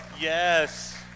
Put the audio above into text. Yes